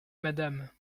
madame